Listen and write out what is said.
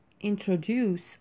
introduce